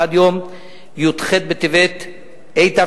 עד יום י"ח בטבת התשע"ג,